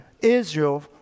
Israel